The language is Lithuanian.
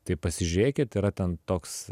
tai pasižiūrėkit yra ten toks